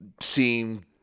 seeing